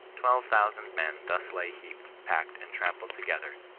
twelve thousand men thus lay heaped, packed, and trampled together,